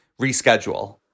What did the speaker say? reschedule